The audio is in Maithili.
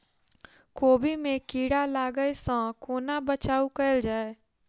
कोबी मे कीड़ा लागै सअ कोना बचाऊ कैल जाएँ?